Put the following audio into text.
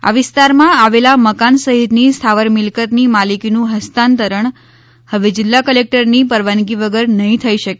આ વિસ્તારમાં આવેલા મકાન સહિતની સ્થાવર મિલકતની માલિકીનું હસ્તાંતરણ હવે જિલ્લા કલેક્ટરની પરવાનગી વગર નહીં થઈ શકે